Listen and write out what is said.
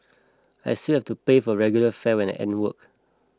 I still have to pay for regular fare when I end work